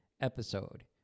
episode